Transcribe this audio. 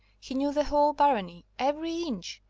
he knew the whole barony every inch,